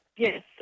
Yes